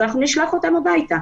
אז אנחנו נשלח אותם לדירה הזאת.